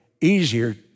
easier